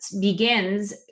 begins